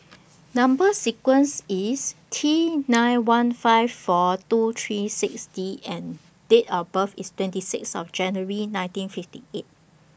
Number sequence IS T nine one five four two three six D and Date of birth IS twenty six of January ninteen fifty eight